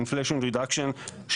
ה-inflation reduction,